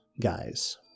guys